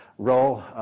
role